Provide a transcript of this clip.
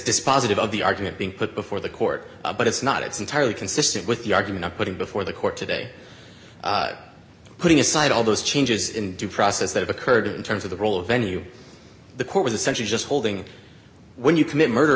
it's dispositive of the argument being put before the court but it's not it's entirely consistent with the argument of putting before the court today putting aside all those changes in due process that occurred in terms of the role of venue the court was essentially just holding when you commit murder